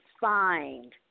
find